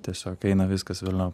tiesiog eina viskas velniop